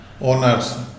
owners